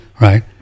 right